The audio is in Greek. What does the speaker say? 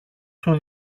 του